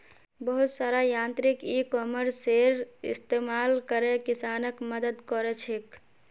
बहुत सारा यांत्रिक इ कॉमर्सेर इस्तमाल करे किसानक मदद क र छेक